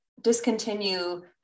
discontinue